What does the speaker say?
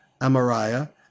Amariah